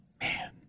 Man